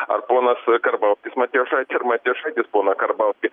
ar ponas karbauskis matijošaitį ar matijošaitis poną karbauskį